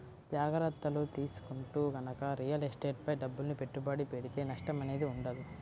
జాగర్తలు తీసుకుంటూ గనక రియల్ ఎస్టేట్ పై డబ్బుల్ని పెట్టుబడి పెడితే నష్టం అనేది ఉండదు